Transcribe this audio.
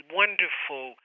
wonderful